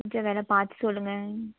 கொஞ்சம் வில பார்த்து சொல்லுங்கள்